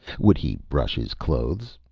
would he brush his clothes?